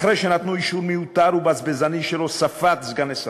אחרי שנתנו אישור מיותר ובזבזני להוספת סגני שרים,